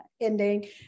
ending